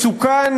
מסוכן,